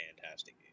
fantastic